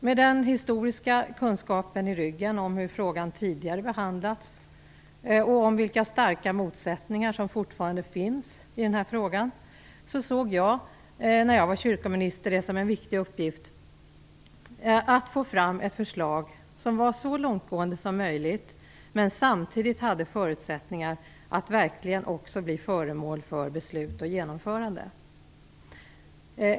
Med den historiska kunskapen om hur frågan tidigare behandlats i ryggen och med kunskap om vilka starka motsättningar som fortfarande finns i den här frågan såg jag det som en viktig uppgift, när jag var kyrkominister, att få fram ett förslag som var så långtgående som möjligt, men som samtidigt hade förutsättningar att verkligen bli föremål för beslut och genomförande.